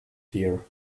here